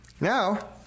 Now